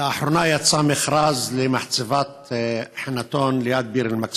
חברי הכנסת, בסוף השבוע שעבר ביקרתי ברמת